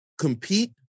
compete